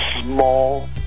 small